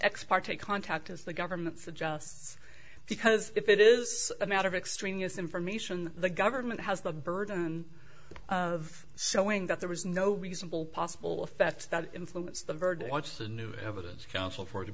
ex parte contact as the government suggests because if it is a matter of extraneous information that the government has the burden of sewing that there is no reasonable possible effects that influence the verdict watch the new evidence counsel for